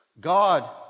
God